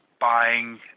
buying